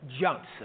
Johnson